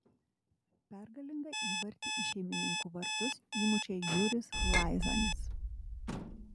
pergalingą įvartį į šeimininkų vartus įmušė juris laizanis